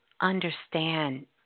understand